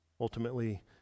Ultimately